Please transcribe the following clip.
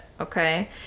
okay